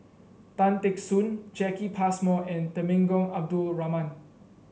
Tan Teck Soon Jacki Passmore and Temenggong Abdul Rahman